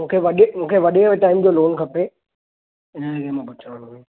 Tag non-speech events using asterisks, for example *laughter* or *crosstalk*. मूंखे वॾे मूंखे वॾे टाइम जो लोन खपे *unintelligible*